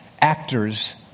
actors